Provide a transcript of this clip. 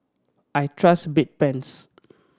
I trust Bedpans